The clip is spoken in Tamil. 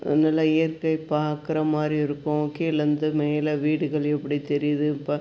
நல்லா இயற்கை பார்க்குறமாரி இருக்கும் கீழேருந்து மேல வீடுகள் எப்படி தெரியுது ப